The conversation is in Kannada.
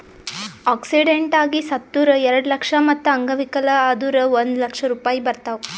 ಆಕ್ಸಿಡೆಂಟ್ ಆಗಿ ಸತ್ತುರ್ ಎರೆಡ ಲಕ್ಷ, ಮತ್ತ ಅಂಗವಿಕಲ ಆದುರ್ ಒಂದ್ ಲಕ್ಷ ರೂಪಾಯಿ ಬರ್ತಾವ್